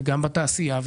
גם בתעשייה,